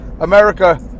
America